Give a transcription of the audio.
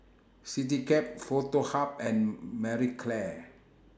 Citycab Foto Hub and Marie Claire